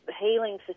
healing